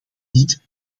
niet